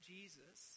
Jesus